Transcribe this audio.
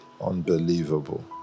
unbelievable